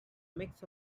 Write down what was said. mix